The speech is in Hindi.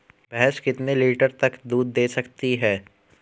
भैंस कितने लीटर तक दूध दे सकती है?